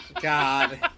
God